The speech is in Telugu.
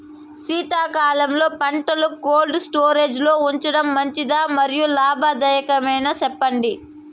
శీతాకాలంలో పంటలు కోల్డ్ స్టోరేజ్ లో ఉంచడం మంచిదా? మరియు లాభదాయకమేనా, సెప్పండి